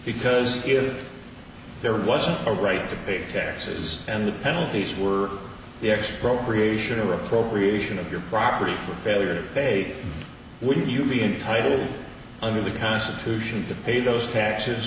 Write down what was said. because if there wasn't a right to pay taxes and the penalties were the expropriation or appropriation of your property for failure they wouldn't you be entitled under the constitution to pay those taxes